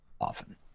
often